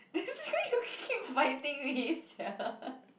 this is really you keep biting me sia